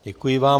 Děkuji vám.